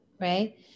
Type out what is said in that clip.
right